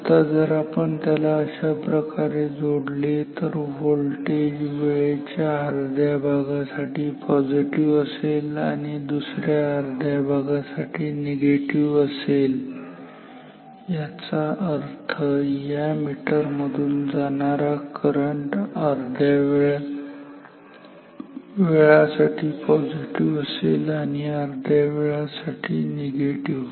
आता जर आपण त्याला अशा प्रकारे जोडले तर व्होल्टेज वेळेच्या अर्ध्या भागासाठी पॉझिटिव्ह असेल आणि दुसऱ्या अर्ध्या भागासाठी निगेटिव्ह असेल याचा अर्थ या मीटर मधून जाणारा करंट अर्ध्या वेळासाठी पॉझिटिव्ह असेल अर्ध्या वेळासाठी निगेटिव्ह